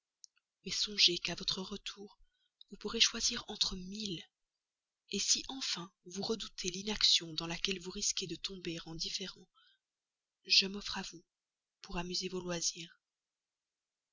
mais songez qu'à votre retour vous pourrez choisir entre mille si enfin vous redoutez l'inaction dans laquelle vous risquez de tomber en différant je m'offre à vous pour amuser vos loisirs